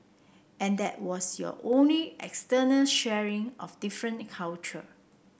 and that was your only external sharing of different culture